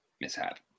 mishap